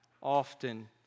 Often